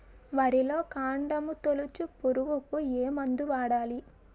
వరిలో కాండము తొలిచే పురుగుకు ఏ మందు వాడాలి?